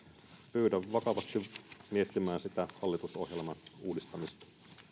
pyydän vakavasti miettimään sitä hallitusohjelman uudistamista